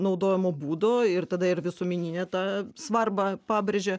naudojimo būdo ir tada ir visų minėtą svarbą pabrėžia